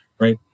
Right